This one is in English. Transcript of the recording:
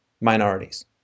minorities